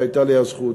שהייתה לי הזכות,